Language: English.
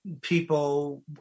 people